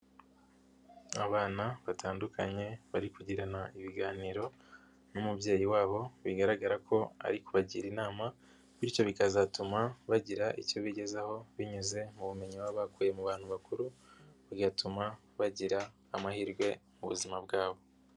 Abana batandukanye bari kugirana ibiganiro n'umubyeyi wabo bigaragara ko ari kubagira inama bityo bikazatuma bagira icyo bigezaho binyuze mu bumenyi baba bakuye mu bantu bakuru bigatuma bagira amahirwe mu buzima bwabo.